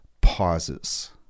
pauses